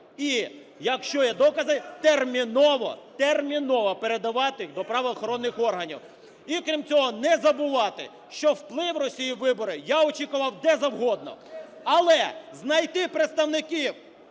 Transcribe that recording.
і якщо є докази, терміново, терміново передавати їх до правоохоронних органів. І крім цього, не забувати, що вплив Росії у вибори я очікував, де завгодно, але знайти представників